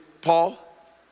Paul